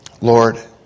Lord